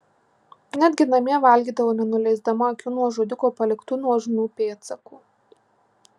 netgi namie valgydavo nenuleisdama akių nuo žudiko paliktų nuožmių pėdsakų